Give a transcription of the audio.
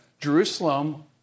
Jerusalem